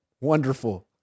Wonderful